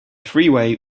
freeway